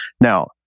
Now